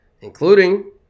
including